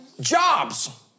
Jobs